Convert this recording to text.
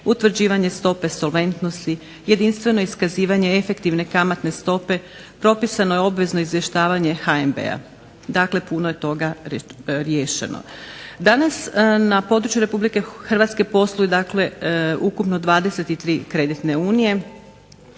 utvrđivanje stope solventnosti, jedinstveno iskazivanje efektivne kamatne stope. Propisano je obvezno izvještavanje HNB-a. Dakle, puno je toga riješeno. Danas na području Republike Hrvatske posluju dakle ukupno 23 kreditne unije.